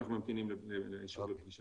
אנחנו ממתינים לאישור פגישה.